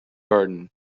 garden